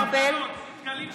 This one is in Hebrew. דגלים שחורים.